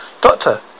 Doctor